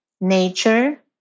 nature